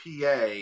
PA